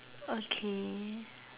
okay